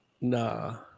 Nah